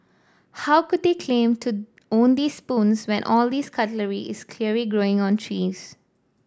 how could they claim to own these spoons when all these cutlery is clearly growing on trees